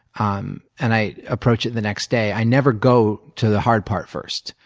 um and i approach it the next day, i never go to the hard part first.